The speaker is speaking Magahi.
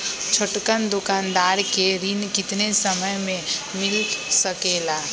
छोटकन दुकानदार के ऋण कितने समय मे मिल सकेला?